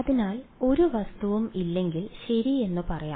അതിനാൽ ഒരു വസ്തുവും ഇല്ലെങ്കിൽ ശരി എന്ന് പറയാം